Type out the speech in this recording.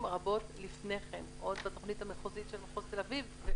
רבות קודם לכן, עוד בתוכנית המחוזית של מחוז תל אביב.